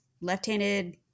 left-handed